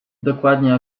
dokładnie